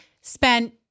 spent